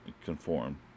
conform